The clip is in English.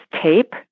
tape